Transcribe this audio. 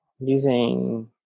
using